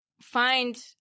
find